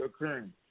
occurring